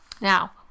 Now